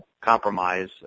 compromise